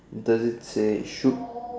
does it say shoot